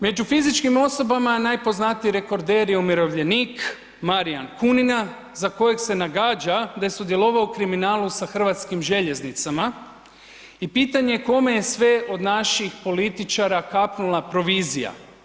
Među fizičkim osobama najpoznatiji rekorder je umirovljenik Marijan Kunina za kojeg se nagađa da je sudjelovao u kriminalu sa Hrvatskim željeznicama i pitanje kome je sve od naših političara kapnula provizija.